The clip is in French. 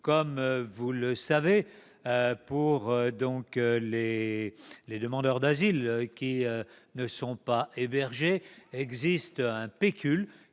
Comme vous le savez, les demandeurs d'asile qui ne sont pas hébergés disposent d'un pécule.